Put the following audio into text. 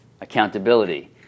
accountability